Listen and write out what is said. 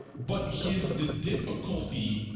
but he is the difficulty